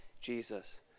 Jesus